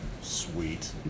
Sweet